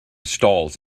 stalls